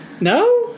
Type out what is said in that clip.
No